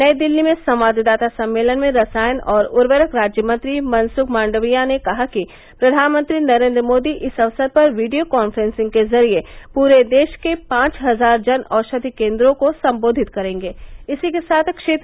नई दिल्ली में संवाददाता सम्मेलन में रसायन और उर्वक राज्य मंत्री मनसुख मांडविया ने कहा कि प्रधानमंत्री नरेन्द्र मोदी इस अवसर पर वीडियो काफ्रेंसिंग के जरिये पूरे देश के पांच हजार जन औषधि केन्द्रों को सम्बोधित करेंगे